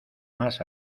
más